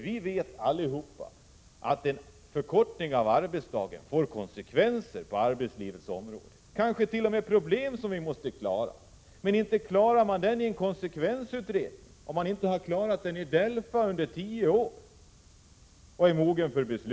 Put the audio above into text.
Vi vet alla att en förkortning av arbetsdagen får konsekvenser på arbetslivets område, kanske t.o.m. problem som vi måste klara. Men inte klarar man dem i en konsekvensutredning, om man inte i DELFA har klarat dem under tio år och blivit mogen för beslut.